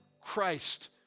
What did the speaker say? Christ